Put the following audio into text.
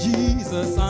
Jesus